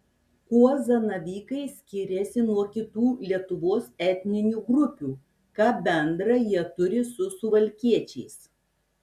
kuo zanavykai skiriasi nuo kitų lietuvos etninių grupių ką bendra jie turi su suvalkiečiais